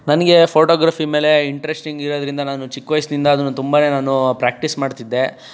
ನನಗೆ ಫೋಟೋಗ್ರಫಿ ಮೇಲೆ ಇಂಟ್ರೆಶ್ಟಿಂಗ್ ಇರೋದ್ರಿಂದ ನಾನು ಚಿಕ್ಕ ವಯಸ್ಸಿನಿಂದ ಅದನ್ನು ತುಂಬನೇ ನಾನು ಪ್ರಾಕ್ಟೀಸ್ ಮಾಡ್ತಿದ್ದೆ